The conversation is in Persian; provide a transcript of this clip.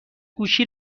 گوشی